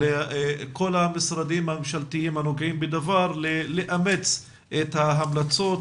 לכל המשרדים הממשלתיים הנוגעים בדבר לאמץ את ההמלצות